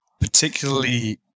particularly